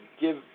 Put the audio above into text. give